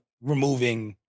Removing